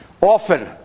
often